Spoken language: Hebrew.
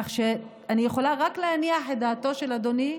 כך שאני יכולה רק להניח את דעתו של אדוני,